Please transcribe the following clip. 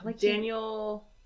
Daniel